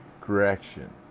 correction